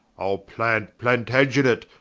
ile plant plantagenet,